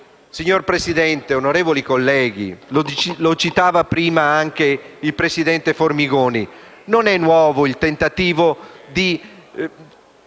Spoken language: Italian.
signor Presidente, onorevoli colleghi, lo citava prima anche il presidente Formigoni, non è nuovo il tentativo di